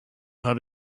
how